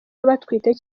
batwite